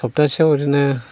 सबथासेयाव ओरैनो